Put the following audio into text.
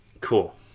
cool